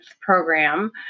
program